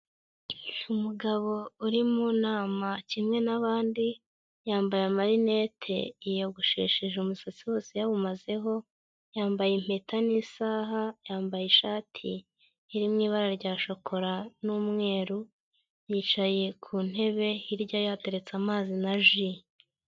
Umugabo uri mu nama kimwe n'abandi ,yambaye amarinette, yiyogoshesheje umusatsi wose yawumazeho ,yambaye impeta n'isaha ,yambaye ishati iri mu ibara rya shokora n'umweru, yicaye ku ntebe hirya ye hateretse amazi na juice.